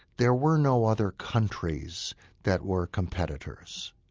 there were no other countries that were competitors.